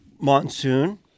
monsoon